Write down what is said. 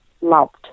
loved